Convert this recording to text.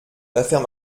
l’affaire